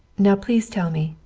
now, please tell me,